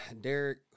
Derek